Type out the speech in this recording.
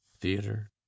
Theater